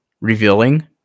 revealing